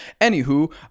anywho